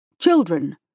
Children